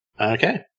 Okay